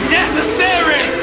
necessary